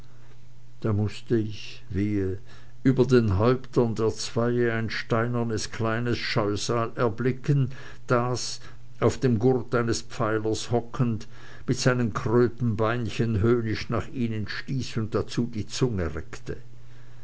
da mußte ich wehe über den häuptern der zwei ein steinernes kleines scheusal erblicken das auf dem gurt eines pfeilers hockend mit seinem krötenbeinchen höhnisch nach ihnen stieß und dazu die zunge reckte